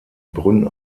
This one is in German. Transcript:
brünn